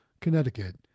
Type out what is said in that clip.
Connecticut